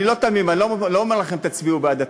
אני לא תמים, אני לא אומר לכם: תצביעו בעד התקציב,